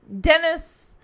Dennis